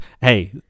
Hey